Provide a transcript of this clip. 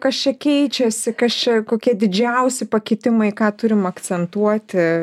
kas čia keičiasi kas čia kokie didžiausi pakitimai ką turim akcentuoti